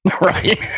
Right